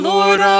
Lord